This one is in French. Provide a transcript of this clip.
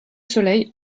soleil